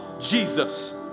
Jesus